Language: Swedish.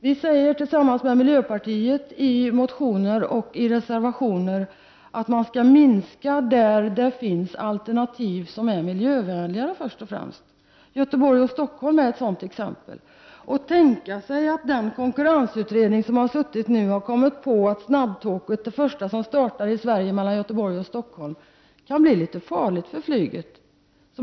Vi säger, tillsammans med miljöpartiet, i motioner och reservationer att man skall minska flygets omfattning först och främst där det finns alternativ som är miljövänligare. Göteborg och Stockholm är ett sådant exempel. Tänka sig att den konkurrensutredning som har kommit på att det första snabbtåget som startar i Sverige på sträckan mellan Göteborg och Stockholm kan bli litet farligt för flyget!